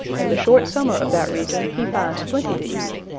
in the short summer of that region he finds plenty to eat,